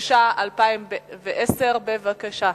התש"ע 2010. בבקשה.